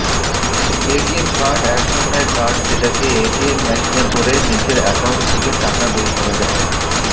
ATM card এক ধরণের card যেটাকে এটিএম মেশিনে ভরে নিজের একাউন্ট থেকে টাকা বের করা যায়